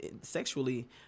sexually